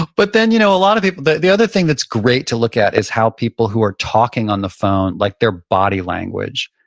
but then you know a lot of people, the the other thing that's great to look at is how people who are talking on the phone, like their body language.